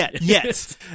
yes